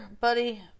buddy